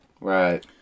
Right